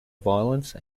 violence